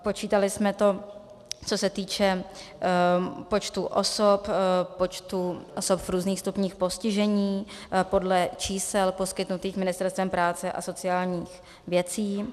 Počítali jsme to, co se týče počtu osob, počtu osob v různých stupních postižení, podle čísel poskytnutých Ministerstvem práce a sociálních věcí.